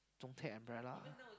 don't take umbrella